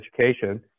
education